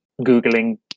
Googling